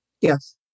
Yes